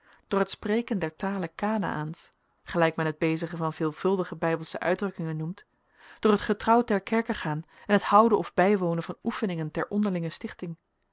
door het spreken der tale kanaans gelijk men het bezigen van veelvuldige bijbelsche uitdrukkingen noemt door het getrouw ter kerke gaan en het houden of bijwonen van oefeningen ter onderlinge stichting